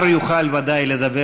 שר, ודאי, יוכל לדבר ולהתייחס.